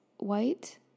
white